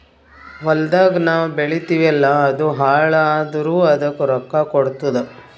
ಹೊಲ್ದಾಗ್ ನಾವ್ ಬೆಳಿತೀವಿ ಅಲ್ಲಾ ಅದು ಹಾಳ್ ಆದುರ್ ಅದಕ್ ರೊಕ್ಕಾ ಕೊಡ್ತುದ್